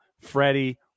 Freddie